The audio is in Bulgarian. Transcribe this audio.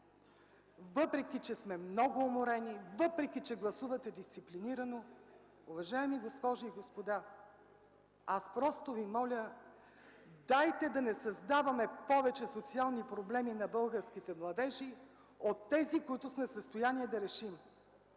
въпреки че сме много уморени, въпреки че гласувате дисциплинирано, уважаеми госпожи и господа, аз просто Ви моля – дайте да не създаваме повече социални проблеми на българските младежи от тези, които сме в състояние да решим!